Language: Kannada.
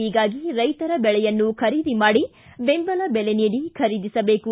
ಹೀಗಾಗಿ ರೈತರ ಬೆಳೆಯನ್ನು ಖರೀದಿ ಮಾಡಿ ಬೆಂಬಲ ಬೆಲೆ ನೀಡಿ ಖರೀದಿಸಬೇಕು